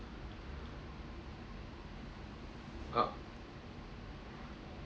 ah